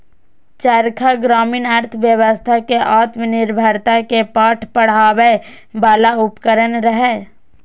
चरखा ग्रामीण अर्थव्यवस्था कें आत्मनिर्भरता के पाठ पढ़बै बला उपकरण रहै